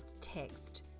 text